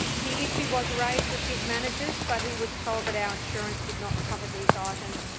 the issue was raised with his managers, but he was told that our insurance did not cover these ah items,